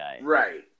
Right